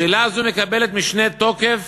שאלה זו מקבלת משנה תוקף,